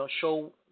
show